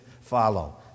follow